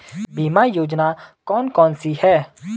बीमा योजना कौन कौनसी हैं?